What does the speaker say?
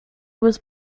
was